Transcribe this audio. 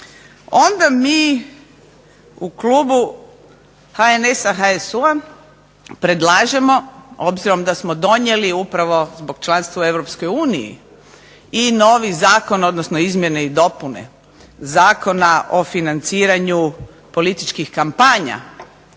onda mi u klubu HNS-a, HSU-a predlažemo obzirom da smo donijeli upravo zbog članstva u Europskoj uniji i novi zakon, odnosno izmjene i dopune Zakona o financiranju političkih kampanja,